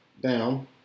down